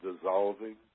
dissolving